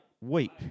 Weep